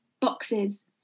boxes